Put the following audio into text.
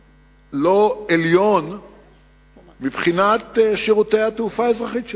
לא-עליון מבחינת שירותי התעופה האזרחית שלה.